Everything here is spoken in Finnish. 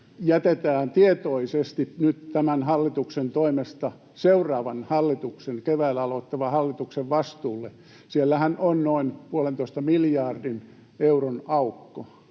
jätetään tietoisesti nyt tämän hallituksen toimesta seuraavan hallituksen, keväällä aloittavan hallituksen, vastuulle. Siellähän on noin puolentoista miljardin euron aukko,